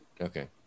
Okay